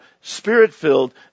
spirit-filled